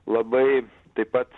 labai taip pat